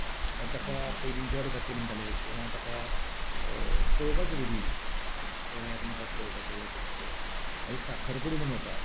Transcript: ताका पयली गोड कातली म्हणटाले किंवां ताका पळोवपाचो विधी कळ्ळें एकमेकांक पळोवपाचो वळखुपाचो मागीर साखरपुडो म्हण जाता